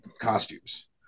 costumes